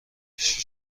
پیش